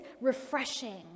refreshing